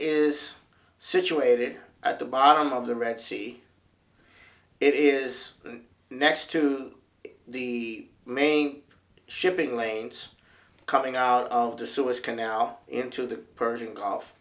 is situated at the bottom of the red sea it is next to the main shipping lanes coming out of the suez canal into the persian gulf